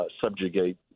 subjugate